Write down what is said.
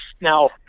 Now